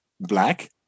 black